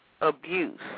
abuse